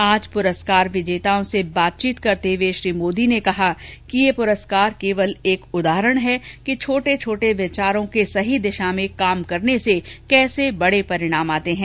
आज पुरस्कार विजेताओं से बातचीत करते हुए प्रधानमंत्री ने कहा कि ये पुरस्कार केवल एक उदाहरण है कि छोटे छोटे विचारों के सही दिशा में काम करने से कैसे बड़े परिणाम आते हैं